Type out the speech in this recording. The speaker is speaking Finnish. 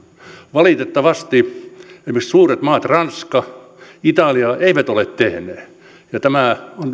valitettavasti esimerkiksi suuret maat ranska italia eivät ole tehneet ja tämä